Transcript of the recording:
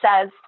says